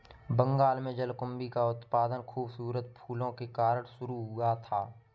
बंगाल में जलकुंभी का उत्पादन खूबसूरत फूलों के कारण शुरू हुआ था